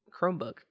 Chromebook